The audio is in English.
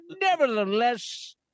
nevertheless